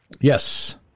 Yes